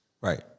right